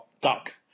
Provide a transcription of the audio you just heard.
duck